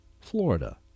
Florida